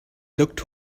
looked